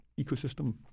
ecosystem